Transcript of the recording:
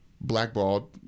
blackballed